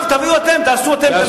עכשיו תביאו אתם, תעשו אתם את המצווה.